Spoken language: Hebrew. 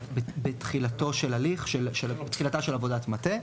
מבחינתנו בתחילתו של הליך, תחילתה של עבודת מטה.